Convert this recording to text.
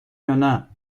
یانه